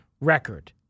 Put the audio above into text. record